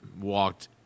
walked